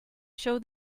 show